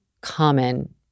common